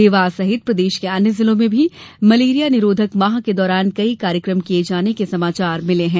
देवास सहित प्रदेश के अन्य जिलों में भी मलेरिया निरोधक माह के दौरान मनाये जाने के समाचार मिले हैं